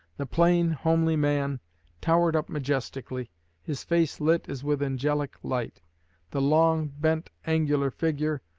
the plain, homely man towered up majestically his face lit as with angelic light the long, bent, angular figure,